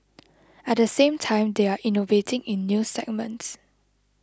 at the same time they are innovating in new segments